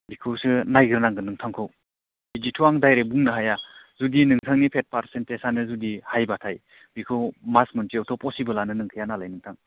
बेखौसो नायग्रोनांगोन नोंथांखौ बिदिथ' आं दाइरेक्ट बुंनो हाया जुदि नोंथांनि फेट फारसेनटेजआनो जुदि हाइबाथाय बेखौ मास मोनसेआवथ' पसिबोलआनो नंखाया नालाय नोंथां